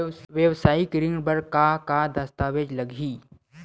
वेवसायिक ऋण बर का का दस्तावेज लगही?